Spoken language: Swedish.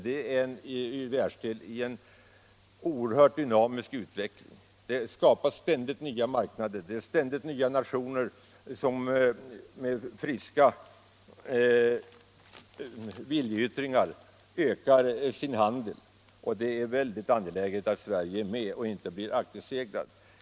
Det är en världsdel i oerhört dynamisk utveckling. Där skapas ständigt nya marknader. Det tillkommer ständigt nya nationer, som med friska viljeyttringar ökar sin handel, och det är väldigt angeläget att Sverige är med och inte blir akterseglat.